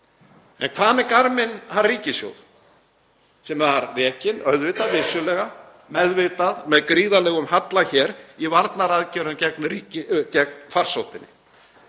En hvað með garminn hann ríkissjóð, sem var rekinn auðvitað, vissulega meðvitað, með gríðarlegum halla hér í varnaraðgerðum gegn farsóttinni?